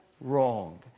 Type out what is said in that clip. wrong